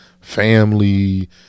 family